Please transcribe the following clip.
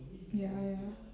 ya ya